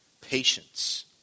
patience